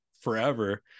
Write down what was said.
forever